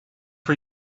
for